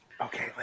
Okay